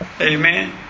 Amen